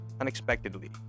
unexpectedly